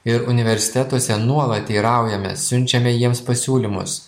ir universitetuose nuolat teiraujamės siunčiame jiems pasiūlymus